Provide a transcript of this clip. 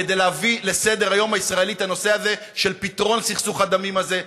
כדי להביא לסדר-היום הישראלי את הנושא הזה של פתרון סכסוך הדמים הזה,